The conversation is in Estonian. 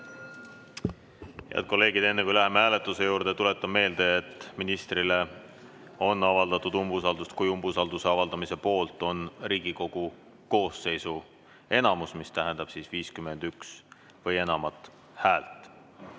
Head kolleegid, enne kui läheme hääletuse juurde, tuletan meelde, et ministrile on avaldatud umbusaldust, kui umbusalduse avaldamise poolt on Riigikogu koosseisu enamus, mis tähendab 51 või enamat häält. Panen